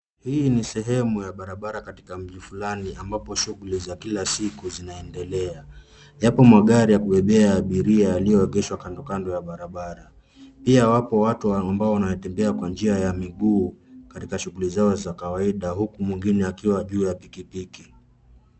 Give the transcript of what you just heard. Hii ni sehemu ya barabara katika mji fulani ambapo shughuli za kila siku zinaendelea. Yapo magari ya kubebea abiria yaliyoegeshwa kando kando ya barabara. Pia wapo watu ambao wanatembea kwa njia ya miguu katika shughuli zao za kawaida huku mwingine akiwa juu ya pikipiki.